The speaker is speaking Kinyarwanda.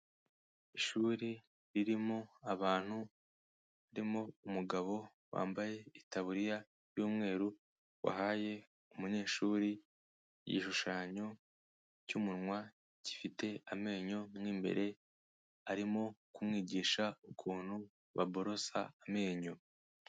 Ishuri ririmo abantu, ririmo umugabo wambaye itaburiya y'umweru, wahaye umunyeshuri igishushanyo cy'umunwa, gifite amenyo mo imbere, arimo kumwigisha ukuntu baborosa amenyo.